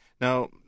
Now